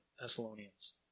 Thessalonians